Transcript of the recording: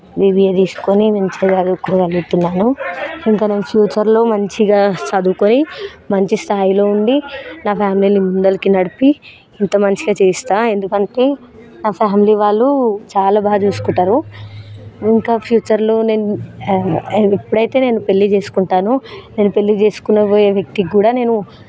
BBA తీసుకొని మంచిగా చదువుకోగలుగుతున్నాను ఇంకా నేను ఫ్యూచర్లో మంచిగా చదువుకొని మంచి స్థాయిలో ఉండి నా ఫ్యామిలీని ముందరికి నడిపి ఇంకా మంచిగా చేస్తాను ఎందుకంటే నా ఫ్యామిలీ వాళ్ళు చాలా బాగా చూసుకుంటారు ఇంకా ఫ్యూచర్లో నేను ఎప్పుడైతే నేను పెళ్ళి చేసుకుంటానో నేను పెళ్ళి చేసుకున్నాబోయే వ్యక్తి కూడా నేను